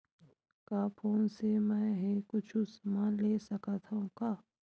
का फोन से मै हे कुछु समान ले सकत हाव का?